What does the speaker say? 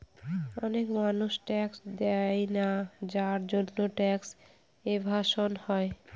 অনেক মানুষ ট্যাক্স দেয়না যার জন্যে ট্যাক্স এভাসন হয়